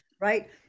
right